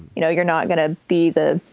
you know you're not going to be the